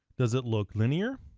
does it look linear?